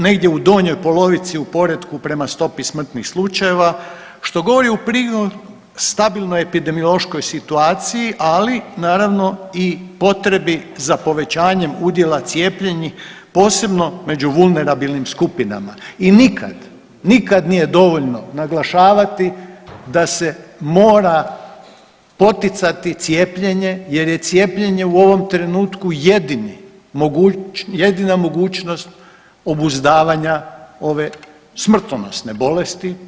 Negdje u donjoj polovici prema stopi smrtnih slučajeva što govori u prilog stabilnoj epidemiološkoj situaciji ali naravno i potrebi za povećanjem udjela cijepljenih posebno među vulnerabilnim skupinama i nikad, nije dovoljno naglašavati da se mora poticati cijepljenje jer je cijepljenje u ovom trenutku jedini, jedina mogućnost obuzdavanja ove smrtonosne bolesti.